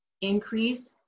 increase